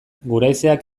guraizeak